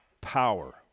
power